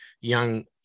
young